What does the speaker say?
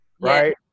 right